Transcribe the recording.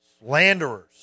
slanderers